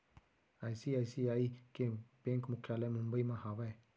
ICICI के bank मुख्यालय मुंबई म हावय